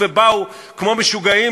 כי זה יותר ראוי,